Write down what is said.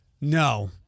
No